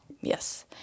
yes